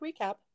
recap